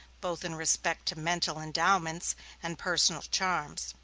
both in respect to mental endowments and personal charms.